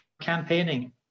campaigning